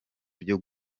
byo